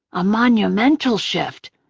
a monumental shift.